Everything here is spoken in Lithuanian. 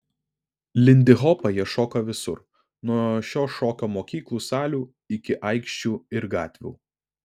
lindihopą jie šoka visur nuo šio šokio mokyklų salių iki aikščių ir gatvių